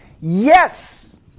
Yes